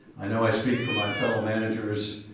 i know i speak for my fellow managers